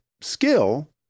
skill